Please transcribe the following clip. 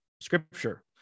Scripture